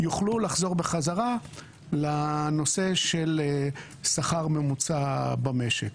יוכלו לחזור בחזרה לנושא של שכר ממוצע במשק.